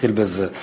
נתחיל בזה.